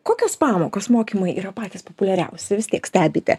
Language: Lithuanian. kokios pamokos mokymai yra patys populiariausi vis tiek stebite